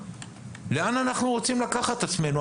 לאן אנחנו רוצים לקחת את עצמנו?